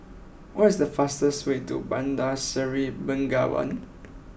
what is the fastest way to Bandar Seri Begawan